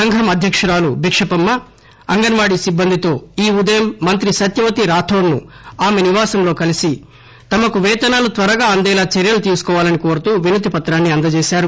సంఘం అధ్యక్షురాలు బిక్షపమ్మ అంగన్ వాడీ సిబ్బంది ఈ ఉదయం మంత్రి సత్యవతి రాథోడ్ ను ఆమె నివాసంలో కలిసి వినతి పత్రం తమకు పేతనాలు త్వరగా అందేలా చర్యలు తీసుకోవాలని కోరుతూ వినతిపత్రం అందజేశారు